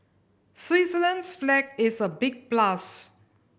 Switzerland's flag is a big plus